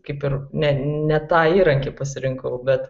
kaip ir ne ne tą įrankį pasirinkau bet